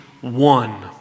one